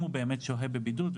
אם הוא באמת שוהה בבידוד,